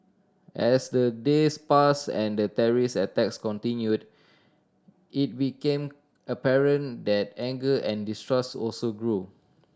as the days passed and the terrorist attacks continued it became apparent that anger and distrust also grew